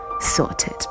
sorted